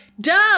duh